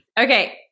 Okay